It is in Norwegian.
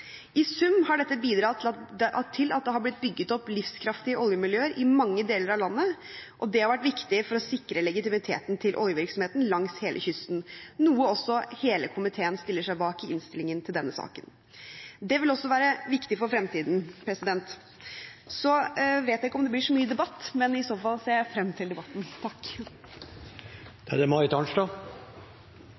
I sum har dette bidratt til at det har blitt bygget opp livskraftige oljemiljøer i mange deler av landet, og det har vært viktig for å sikre legitimiteten til oljevirksomheten langs hele kysten, noe hele komiteen stiller seg bak i innstillingen til denne saken. Det vil også være viktig for fremtiden. Så vet jeg ikke om det blir så mye debatt, men i så fall ser jeg frem til debatten.